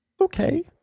Okay